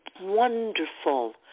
wonderful